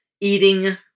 eating